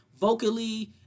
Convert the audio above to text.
vocally